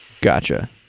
Gotcha